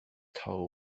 toll